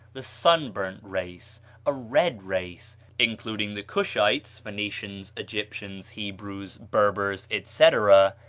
the sunburnt race a red race including the cushites, phoenicians, egyptians, hebrews, berbers, etc.